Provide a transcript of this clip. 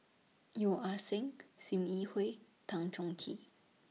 Yeo Ah Seng SIM Yi Hui Tan Chong Tee